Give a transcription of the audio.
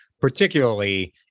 particularly